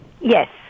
Yes